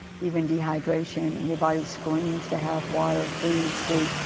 even dehydration your body screams to have water, food, sleep,